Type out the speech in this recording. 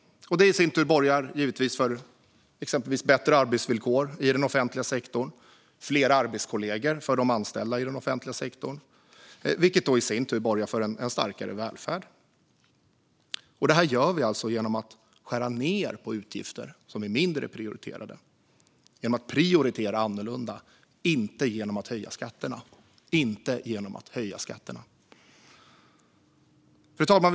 Det i sin tur borgar givetvis för bättre arbetsvillkor i den offentliga sektorn och fler arbetskollegor för de anställda i den offentliga sektorn, vilket i sin tur borgar för en starkare välfärd. Det gör vi genom att skära ned på utgifter som är mindre prioriterade, det vill säga genom att prioritera annorlunda, inte genom att höja skatterna. Fru talman!